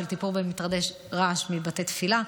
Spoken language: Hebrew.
של טיפול במטרדי רעש מבתי תפילה,